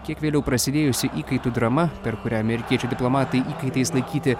kiek vėliau prasidėjusi įkaitų drama per kurią amerikiečių diplomatai įkaitais laikyti